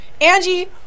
angie